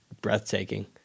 breathtaking